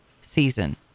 season